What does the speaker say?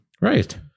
Right